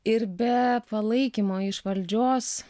ir be palaikymo iš valdžios